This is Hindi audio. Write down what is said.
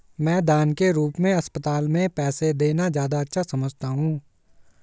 मैं दान के रूप में अस्पताल में पैसे देना ज्यादा अच्छा समझता हूँ